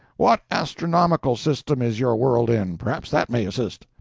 what astronomical system is your world in perhaps that may assist.